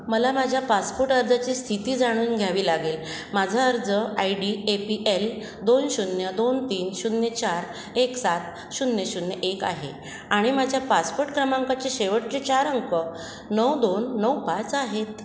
मला माझ्या पासपोर्ट अर्जाची स्थिती जाणून घ्यावी लागेल माझा अर्ज I D A P L दोन शून्य दोन तीन शून्य चार एक सात शून्य शून्य एक आहे आणि माझ्या पासपोर्ट क्रमांकाचे शेवटचे चार अंक नऊ दोन नऊ पाच आहेत